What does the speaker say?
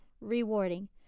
rewarding